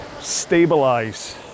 stabilize